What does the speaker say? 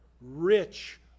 rich